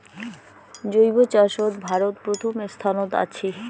জৈব চাষত ভারত প্রথম স্থানত আছি